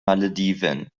malediven